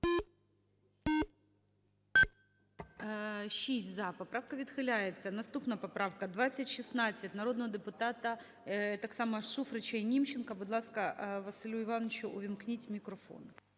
За-6 Поправка відхиляється. Наступна поправка 2016 народного депутата… так само Шуфрича і Німченка. Будь ласка, Василю Івановичу увімкніть мікрофон.